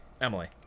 Emily